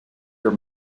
your